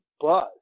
buzz